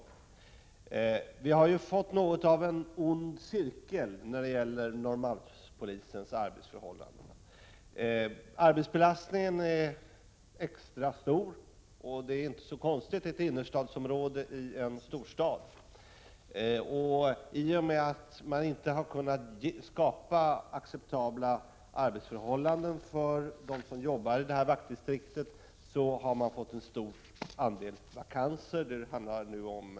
Norrmalmspolisen har hamnat i något av en ond cirkel när det gäller arbetsförhållandena — arbetsbelastningen är extra stor, vilket inte är så konstigt då det gäller ett innerstadsområde i en storstad, och i och med att man inte har kunnat skapa acceptabla arbetsförhållanden för dem som arbetar i detta vaktdistrikt har man fått många vakanser.